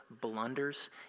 blunders